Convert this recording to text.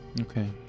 okay